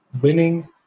winning